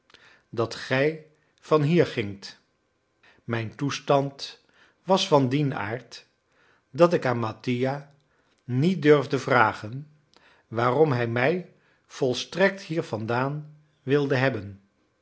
dat gij van hier gingt mijn toestand was van dien aard dat ik aan mattia niet durfde vragen waarom hij mij volstrekt hiervandaan wilde hebben